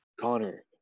Connor